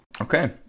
Okay